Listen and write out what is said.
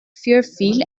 verfiel